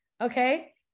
okay